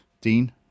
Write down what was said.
Dean